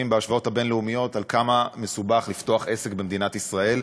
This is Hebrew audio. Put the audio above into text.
בהשוואות הבין-לאומיות על כמה מסובך לפתוח עסק במדינת ישראל,